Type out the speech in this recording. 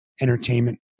entertainment